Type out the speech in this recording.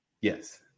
Yes